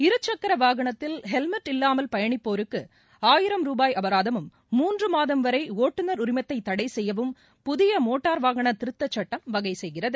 இருசக்கர வாகனத்தில் ஹெல்மெட் இல்லாமல் பயணிப்போருக்கு ஆயிரம் ரூபாய் அபராதமும் மூன்று மாதம் வரை ஒட்டுநர் உரிமத்தை தடை செய்யவும் புதிய மோட்டார் வாகன திருத்தச்சுட்டம் வகை செய்கிறது